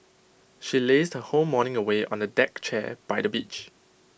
she lazed her whole morning away on A deck chair by the beach